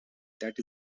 that